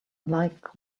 like